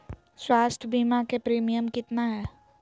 स्वास्थ बीमा के प्रिमियम कितना है?